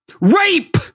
rape